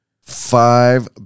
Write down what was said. Five